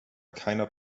keiner